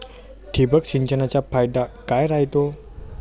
ठिबक सिंचनचा फायदा काय राह्यतो?